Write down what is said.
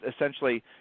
essentially